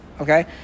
Okay